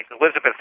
Elizabeth